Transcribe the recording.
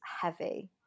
heavy